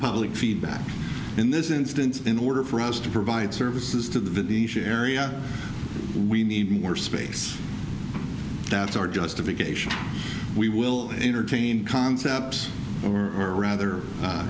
public feedback in this instance in order for us to provide services to the area we need more space that's our justification we will entertain concepts or rather